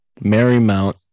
Marymount